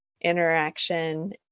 interaction